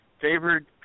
Favored